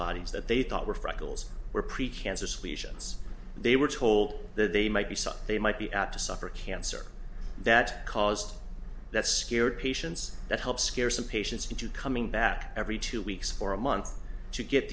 bodies that they thought were frankel's were precancerous lesions they were told that they might be so they might be apt to suffer a cancer that caused that scared patients that help scare some patients into coming back every two weeks for a month to get